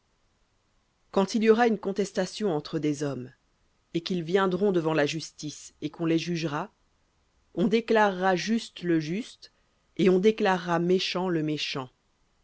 quand il y aura une contestation entre des hommes et qu'ils viendront devant la justice et qu'on les jugera on déclarera juste le juste et on déclarera méchant le méchant